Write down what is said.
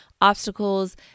obstacles